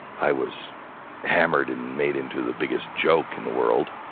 i was hammered and made into the biggest joke in the world.